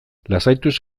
lasaituz